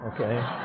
Okay